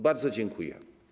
Bardzo dziękuję.